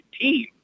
team